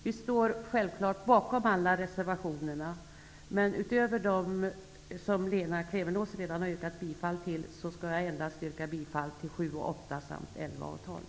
Vi står självklart bakom alla reservationerna, men utöver dem som Lena Klevenås redan har tillstyrkt yrkar jag bifall endast till reservationerna nr 7 och 8 samt nr 11 och 12.